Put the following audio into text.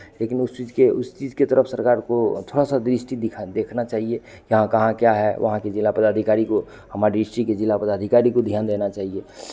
लेकिन उस चीज़ के उस चीज़ के तरफ सरकार को थोड़ा सा दृष्टि दिखा देख देखना चहिए कि हाँ कहाँ क्या है वहाँ के जिला पदाधिकारी को हमारे डिस्टिक जिला पदाधिकारी को ध्यान देना चाहिए